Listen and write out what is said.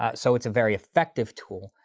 ah so it's a very effective tool,